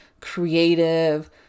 creative